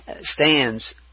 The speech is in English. stands